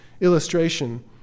illustration